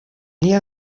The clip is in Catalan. dia